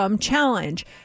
challenge